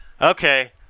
Okay